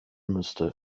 müsste